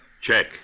Check